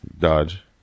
Dodge